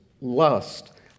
lust